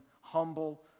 humble